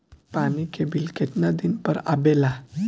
पानी के बिल केतना दिन पर आबे ला?